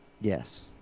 Yes